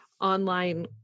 online